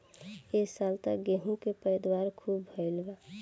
ए साल त गेंहू के पैदावार खूब भइल बा